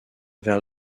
vers